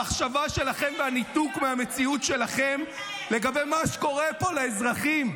המחשבה שלכם והניתוק שלכם מהמציאות לגבי מה שקורה פה לאזרחים.